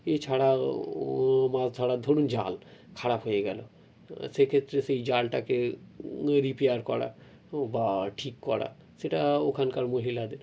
এছাড়াও মাছ ধরার ধরুন জাল খারাপ হয়ে গেল তো সেক্ষেত্রে সেই জালটাকে রিপেয়ার করা বা ঠিক করা সেটা ওখানকার মহিলাদের